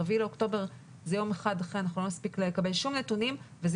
ה-4 באוקטובר זה יום אחד אחרי ולא נספיק לקבל נתונים וזה